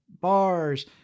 bars